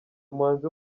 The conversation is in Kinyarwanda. umuhanzi